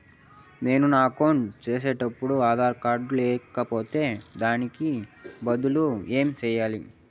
నేను నా అకౌంట్ సేసేటప్పుడు ఆధార్ కార్డు లేకపోతే దానికి బదులు ఏమి సెయ్యాలి?